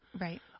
Right